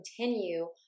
continue